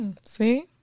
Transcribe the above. See